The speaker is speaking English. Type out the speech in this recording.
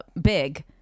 Big